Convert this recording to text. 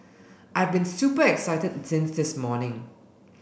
I've been super excited since this morning